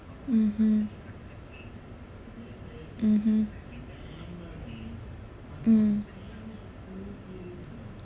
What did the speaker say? mmhmm mmhmm mm